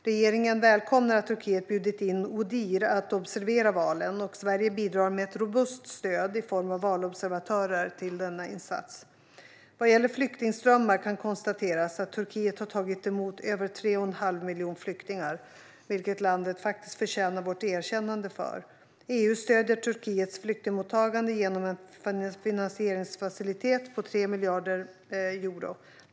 Regeringen välkomnar att Turkiet bjudit in Odihr att observera valen, och Sverige bidrar med ett robust stöd i form av valobservatörer till denna insats. Vad gäller flyktingströmmar kan konstateras att Turkiet har tagit emot över 3 1⁄2 miljon flyktingar, vilket landet faktiskt förtjänar vårt erkännande för. EU stöder Turkiets flyktingmottagande genom en finansieringsfacilitet på 3 miljarder euro.